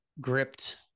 gripped